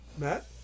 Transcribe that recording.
Matt